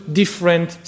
different